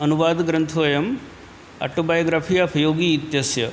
अनुवादग्रन्थोऽयम् autobiography of yogi इत्यस्य